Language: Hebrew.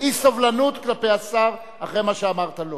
אי-סובלנות כלפי השר אחרי מה שאמרת לו.